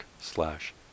slash